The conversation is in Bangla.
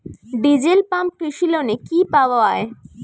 ডিজেল পাম্প কৃষি লোনে কি পাওয়া য়ায়?